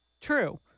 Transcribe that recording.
True